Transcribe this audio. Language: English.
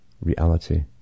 reality